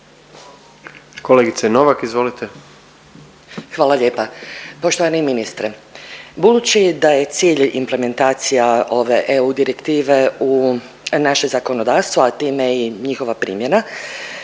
Dubravka (Možemo!)** Hvala lijepa. Poštovani ministre, budući da je cilj implementacija ove EU direktive u naše zakonodavstvo, a time i njihova primjena,